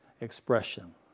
expression